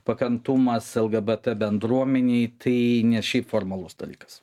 pakantumas lgbt bendruomenei tai ne šiaip formalus dalykas